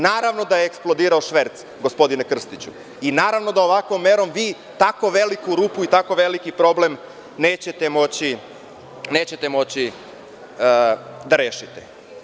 Naravno da je eksplodirao šverc, gospodine Krstiću, i naravno da ovakvom merom vi tako veliku rupu i tako veliki problem nećete moći da rešite.